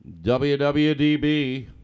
WWDB